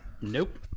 Nope